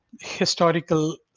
historical